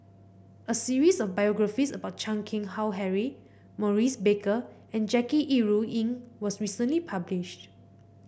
a series of biographies about Chan Keng Howe Harry Maurice Baker and Jackie Yi Ru Ying was recently published